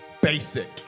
Basic